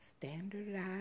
standardized